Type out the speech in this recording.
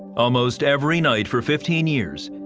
almost every night for fifteen years,